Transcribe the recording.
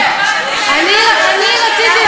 מה זה רלוונטי, ?